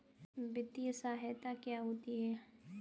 वित्तीय सहायता क्या होती है?